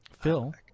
phil